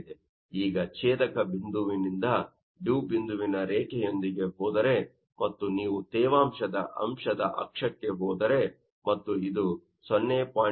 ಈಗ ಛೇದಕ ಬಿಂದುವಿನಿಂದ ಡಿವ್ ಬಿಂದುವಿನ ರೇಖೆಯೊಂದಿಗೆ ಹೋದರೆ ಮತ್ತು ನೀವು ತೇವಾಂಶದ ಅಂಶದ ಅಕ್ಷಕ್ಕೆ ಹೋದರೆ ಮತ್ತು ಇದು 0